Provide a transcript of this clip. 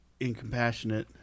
incompassionate